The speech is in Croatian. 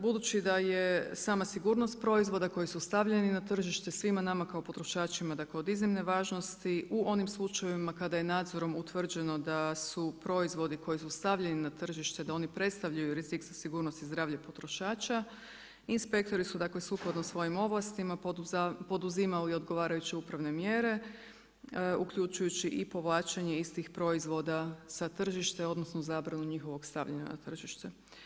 Budući da je sama sigurnost proizvoda koji su stavljeni na tržište svima nama kao potrošačima, dakle od iznimne važnosti u onim slučajevima kada je nadzorom utvrđeno da su proizvodi koji su stavljeni na tržište da oni predstavljaju rizik za sigurnost i zdravlje potrošača, inspektori su sukladno svojim ovlastima poduzimali odgovarajuće upravne mjere, uključujući i povlačenje istih proizvoda sa tržišta odnosno zabranu njihovog stavljanja na tržište.